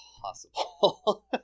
possible